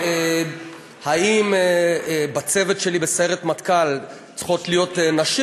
האם בצוות שלי בסיירת מטכ"ל צריכות להיות נשים?